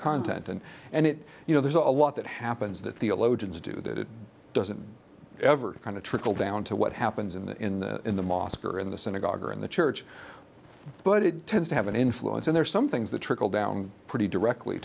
content and and it you know there's a lot that happens that theologians do that it doesn't ever kind of trickle down to what happens in in the mosque or in the synagogue or in the church but it tends to have an influence and there's some things that trickle down pretty directly